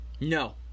no